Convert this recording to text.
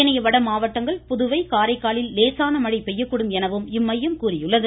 ஏனைய வட மாவட்டங்கள் புதுவை காரைக்காலில் லேசான மழை பெய்யக்கூடும் என இம்மையம் கூறியுள்ளது